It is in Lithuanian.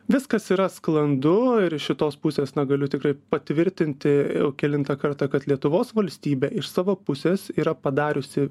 viskas yra sklandu ir iš šitos pusės na galiu tikrai patvirtinti jau kelintą kartą kad lietuvos valstybė iš savo pusės yra padariusi